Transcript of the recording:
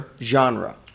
genre